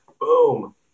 Boom